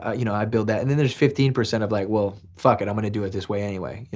ah you know i build that. and then there's fifteen percent of like well, fuck it i'm going to do it this way anyway.